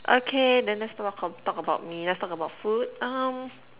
okay then let's not not talk about me let's talk about food um